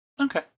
Okay